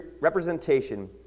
representation